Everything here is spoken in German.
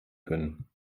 können